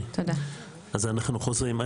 אז אנחנו חוזרים,